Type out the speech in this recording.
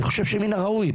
אני חושב שמין הראוי.